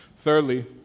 Thirdly